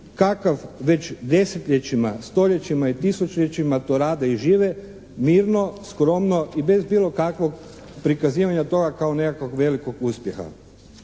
kakav već desetljećima, stoljećima i tisućljećima to rade i žive mirno, skromno i bez bilo kakvog prikazivanja toga kao nekakvog velikog uspjeha.